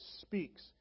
speaks